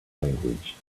language